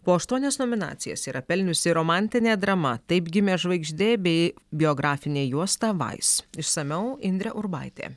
po aštuonias nominacijas yra pelniusi romantinė drama taip gimė žvaigždė bei biografinę juostą vais išsamiau indrė urbaitė